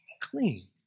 clean